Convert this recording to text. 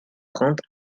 trente